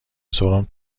سرم